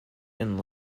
and